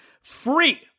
Free